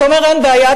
אתה אומר: אין בעיה,